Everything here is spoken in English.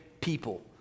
people